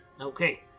Okay